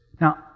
Now